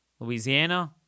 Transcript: Louisiana